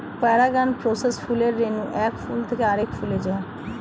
পরাগায়ন প্রসেসে ফুলের রেণু এক ফুল থেকে আরেক ফুলে যায়